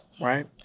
right